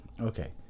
Okay